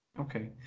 Okay